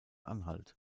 anhalt